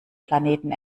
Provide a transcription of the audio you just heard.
planeten